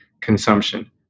consumption